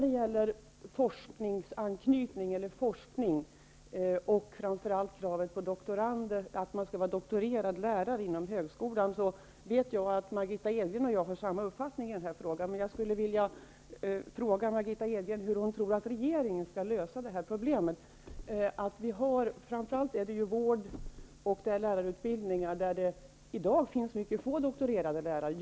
Beträffande forskning och framför allt kravet på att alla lärare på högskolan skall ha doktorsexamen, vet jag att Margitta Edgren och jag har samma uppfattning. Jag vill emellertid fråga henne hur hon tror att regeringen skall lösa detta problem. Framför allt inom vårdlärarutbildningen och annan lärarutbildning finns det mycket få lärare med doktorsexamen.